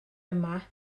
yma